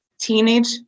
teenage